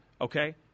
Okay